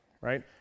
Right